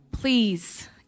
please